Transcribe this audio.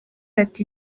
ati